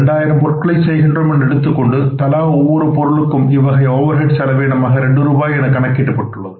2000 பொருட்களை செய்கின்றோம் என்று எடுத்துக்கொண்டு தலா ஒவ்வொரு பொருளுக்கும் இவ்வகை ஓவர் ஹெட் செலவீனம் 2 ரூபாய் என்று கணக்கிடப்பட்டுள்ளது